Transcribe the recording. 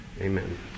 Amen